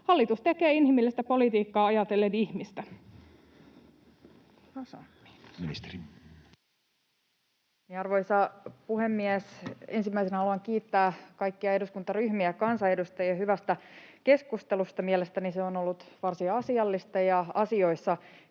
Hallitus tekee inhimillistä politiikkaa ajatellen ihmistä. Pääministeri. Arvoisa puhemies! Ensimmäisenä haluan kiittää kaikkia eduskuntaryhmiä ja kansanedustajia hyvästä keskustelusta. Mielestäni se on ollut varsin asiallista ja asioissa